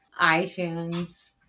iTunes